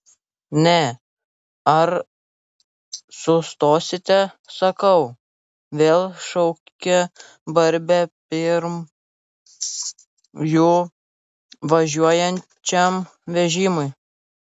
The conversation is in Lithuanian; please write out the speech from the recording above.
ne ar sustosite sakau vėl šaukia barbė pirm jų važiuojančiam vežimui